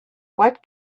what